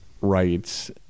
rights